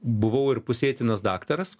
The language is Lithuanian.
buvau ir pusėtinas daktaras